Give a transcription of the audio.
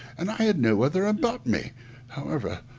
and i had no other about me however,